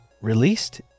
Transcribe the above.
released